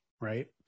right